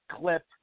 clip